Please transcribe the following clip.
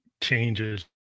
changes